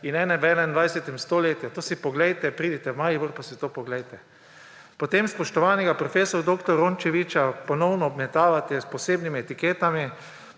v 21. stoletju. To si poglejte, pridite v Maribor in si to poglejte. Potem spoštovanega profesorja dr. Rončeviča ponovno obmetavate s posebnimi etiketami,